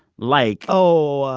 like. oh,